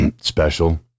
special